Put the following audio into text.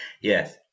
Yes